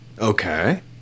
Okay